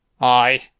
Aye